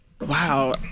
Wow